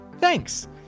Thanks